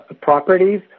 properties